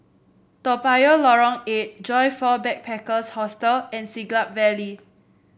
Toa Payoh Lorong Eight Joyfor Backpackers' Hostel and Siglap Valley